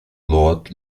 lord